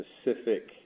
specific